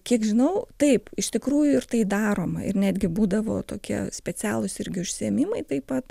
kiek žinau taip iš tikrųjų ir tai daroma ir netgi būdavo tokie specialūs irgi užsiėmimai taip pat